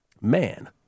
man